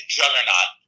juggernaut